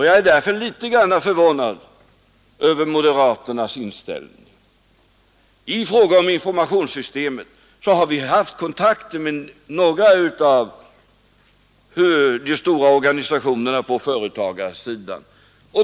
Jag är därför litet grand förvånad över moderaternas inställning. I fråga om informationssystemet har vi haft kontakter med några av de stora organisationerna på företagarsidan.